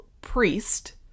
priest